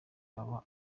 aba